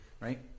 right